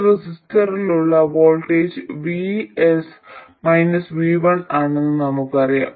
ഈ റെസിസ്റ്ററിലുള്ള voltage VS V1 ആണെന്ന് നമുക്കറിയാം